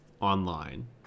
online